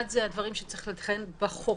אחד, הדברים שצריך לתקן בחוק,